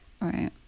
right